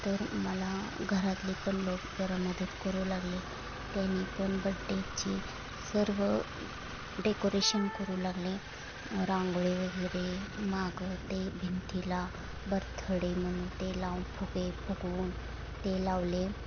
तर मला घरातले पण लोक जरा मदत करू लागले त्यांनी पण बड्डेची सर्व डेकोरेशन करू लागले रांगोळी वगैरे मागं ते भिंतीला बर्थडे म्हणून ते लावून फुगे फुगवून ते लावले